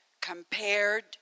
compared